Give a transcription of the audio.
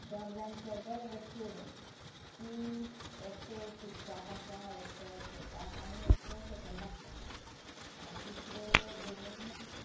दोग जाण चेडे एक चेडूं ती एकटें सिक्ताक आसा एकटो फोर्ताक आनी एकटो सेकेंडाक आसा तिसरे भयणीक